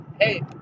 Hey